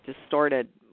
distorted